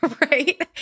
Right